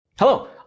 Hello